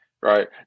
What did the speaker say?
right